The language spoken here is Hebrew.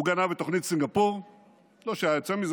הוא גנב את תוכנית סינגפור,